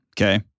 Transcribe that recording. okay